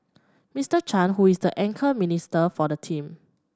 Mister Chan who is the anchor minister for the team